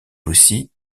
aussi